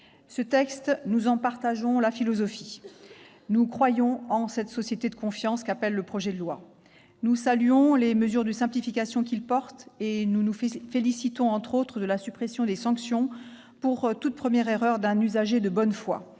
collègues, nous partageons la philosophie de ce texte. Nous croyons en cette société de confiance qu'appelle le projet de loi. Nous saluons les mesures de simplification qu'il porte et nous nous félicitons, entre autres dispositions, de la suppression des sanctions pour toute première erreur d'un usager de bonne foi.